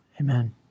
Amen